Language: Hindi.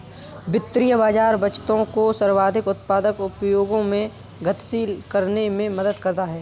वित्तीय बाज़ार बचतों को सर्वाधिक उत्पादक उपयोगों में गतिशील करने में मदद करता है